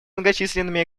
многочисленными